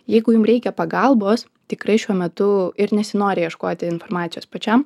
jeigu jum reikia pagalbos tikrai šiuo metu ir nesinori ieškoti informacijos pačiam